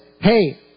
hey